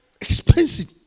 Expensive